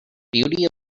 beauty